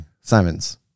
Simons